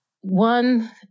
One